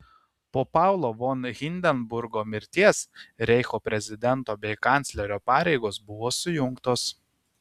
po paulo von hindenburgo mirties reicho prezidento bei kanclerio pareigos buvo sujungtos